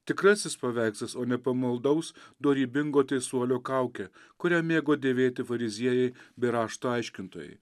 tikrasis paveikslas o nepamaldaus dorybingo teisuolio kaukė kurią mėgo dėvėti fariziejai bei rašto aiškintojai